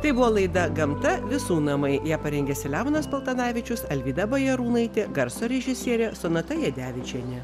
tai buvo laida gamta visų namai ją parengė selemonas paltanavičius alvyda bajarūnaitė garso režisierė sonata jadevičienė